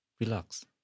relax